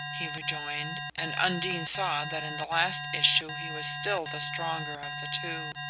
he rejoined and undine saw that in the last issue he was still the stronger of the two.